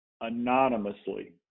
anonymously